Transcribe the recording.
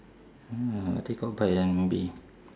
ya take up bike then maybe